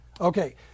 Okay